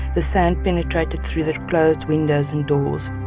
the sand penetrated through the closed windows and doors,